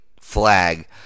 flag